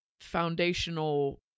foundational